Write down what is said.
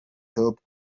top